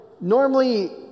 normally